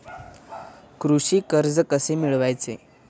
कृषी कर्ज कसे मिळवायचे?